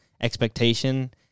expectation